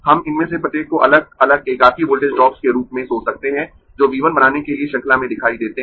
हम इनमें से प्रत्येक को अलग अलग एकाकी वोल्टेज ड्रॉप्स के रूप में सोच सकते है जो V 1 बनाने के लिए श्रृंखला में दिखाई देते हैं